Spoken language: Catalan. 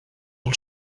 del